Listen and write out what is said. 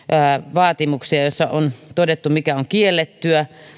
vaatimuksia joissa on todettu mikä on kiellettyä